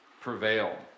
prevail